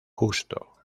justo